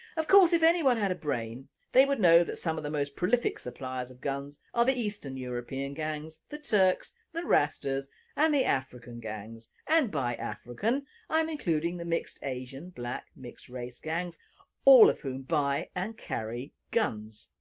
of course if anyone had a brain they would know that some of the most prolific suppliers of guns are the eastern european gangs, the turks, the rasta's and the african gangs and by african i am including the mixed asian black mixed race gangs all of whom buy and carry guns.